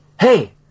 Hey